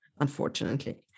unfortunately